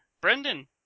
Brendan